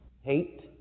Hate